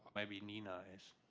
maybe nina is.